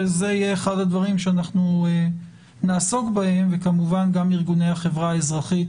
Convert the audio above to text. וזה יהיה אחד הדברים שאנחנו נעסוק בהם וכמובן גם ארגוני החברה האזרחית